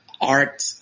art